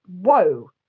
whoa